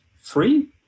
free